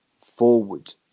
forward